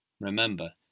Remember